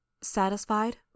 Satisfied